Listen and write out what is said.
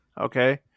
Okay